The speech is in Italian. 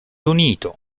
unito